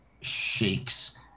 shakes